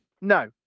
No